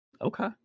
okay